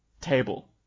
table